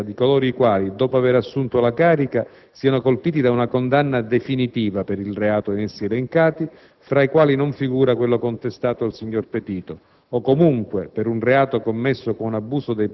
Tali norme, infatti, prevedono la decadenza di coloro i quali, dopo aver assunto la carica, siano colpiti da una condanna definitiva per il reato in essi elencati, fra i quali non figura quello contestato al signor Petito,